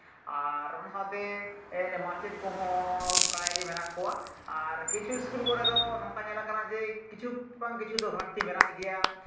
ᱟᱨ ᱚᱱᱟ ᱥᱟᱶᱛᱮ ᱢᱟᱪᱮᱫ ᱠᱚᱦᱚᱸ ᱯᱨᱟᱭ ᱜᱮ ᱢᱮᱱᱟᱜ ᱠᱚᱣᱟ ᱠᱤᱪᱷᱩ ᱤᱥᱠᱩᱞ ᱠᱚᱨᱮ ᱫᱚ ᱱᱚᱝᱠᱟ ᱧᱮᱞ ᱠᱟᱱᱟ ᱡᱮ ᱠᱤᱪᱷᱩ ᱵᱟᱝ ᱠᱤᱪᱷᱩ ᱜᱷᱟᱴᱛᱤ ᱢᱮᱱᱟᱜ ᱜᱮᱭᱟ